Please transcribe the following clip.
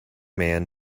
man